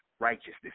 righteousness